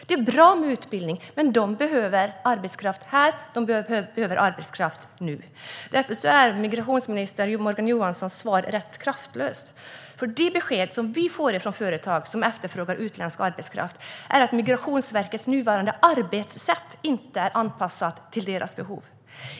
Det är bra med utbildning, men företagen behöver arbetskraft här och nu. Därför är migrationsminister Morgan Johanssons svar rätt kraftlöst. De besked vi får från företag som efterfrågar utländsk arbetskraft är att Migrationsverkets nuvarande arbetssätt inte är anpassat till deras behov.